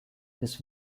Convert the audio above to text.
his